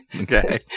Okay